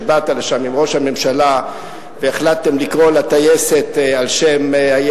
שבאת לשם עם ראש הממשלה והחלטתם לקרוא לטייסת על שם הילד,